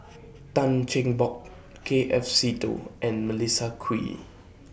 Tan Cheng Bock K F Seetoh and Melissa Kwee